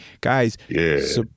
Guys